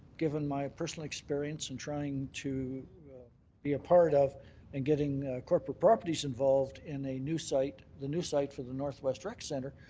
given my personal experience and trying to be a part of and getting corporate properties involved in a new site, the new site for the northwest rec centre,